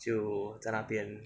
就在那边